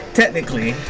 technically